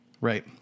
Right